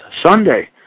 Sunday